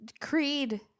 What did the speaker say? Creed